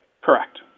Correct